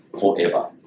forever